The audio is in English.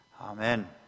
Amen